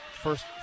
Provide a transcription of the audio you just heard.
First